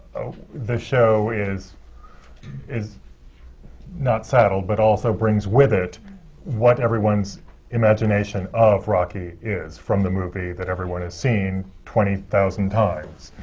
show is is not saddled, but also brings with it what everyone's imagination of rocky is from the movie that everyone has seen twenty thousand times.